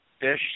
Fish